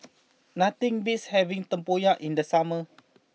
nothing beats having Tempoyak in the summer